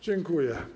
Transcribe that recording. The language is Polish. Dziękuję.